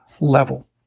level